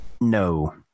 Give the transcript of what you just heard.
No